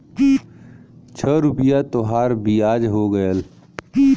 छह रुपइया तोहार बियाज हो गएल